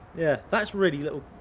yeah, that's really little,